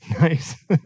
Nice